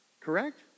correct